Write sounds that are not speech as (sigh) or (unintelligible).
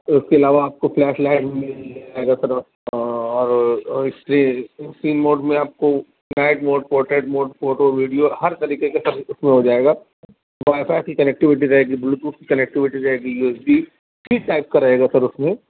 اس کے علاوہ آپ کو فلیش لائٹ (unintelligible) اور اسکرین اسکرین موڈ میں آپ کو night mode portrait mode photo video ہر طریقہ کا سب اس میں ہو جائے گا وائی فائی کی کنیکٹوٹی رہے گی بلوٹوتھ کی کنیکٹوٹی رہے گی U S B three type کا رہے گا سر اس میں